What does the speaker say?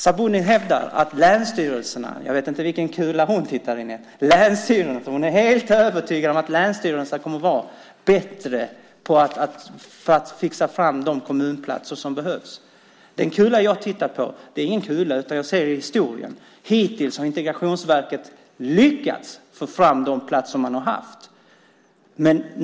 Sabuni hävdar - jag vet inte vilken kula hon tittar i - och är helt övertygad om att länsstyrelserna kommer att vara bättre på att fixa fram de kommunplatser som behövs. Jag tittar inte i någon kula, utan jag ser på historien. Hittills har Integrationsverket lyckats få fram de platser som har funnits.